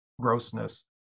grossness